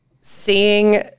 seeing